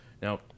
Now